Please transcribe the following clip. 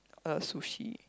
uh sushi